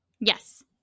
Yes